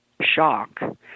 shock